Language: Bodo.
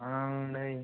आं नै